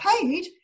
paid